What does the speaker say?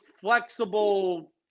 flexible